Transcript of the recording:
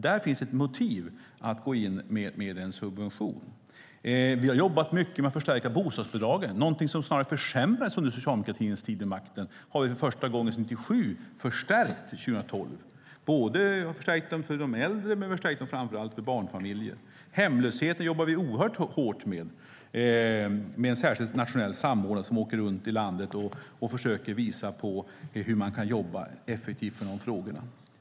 Där finns ett motiv att gå in med en subvention. Vi har jobbat mycket med att förstärka bostadsbidragen. Det är någonting som snarare försämrades under socialdemokratins tid vid makten. Där har vi, för första gången sedan 1997, förstärkt 2012. Vi har förstärkt dem för de äldre, men vi har framför allt förstärkt dem för barnfamiljer. Hemlösheten jobbar vi oerhört hårt med. Det är en särskild nationell samordnare som åker runt i landet och försöker visa hur man kan jobba effektivt med de frågorna.